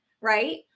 right